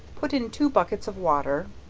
put in two buckets of water,